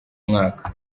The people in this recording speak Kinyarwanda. mwaka